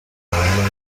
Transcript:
aganira